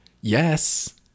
yes